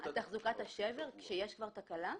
תחזוקת השבר כאשר יש כבר תקלה?